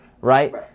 Right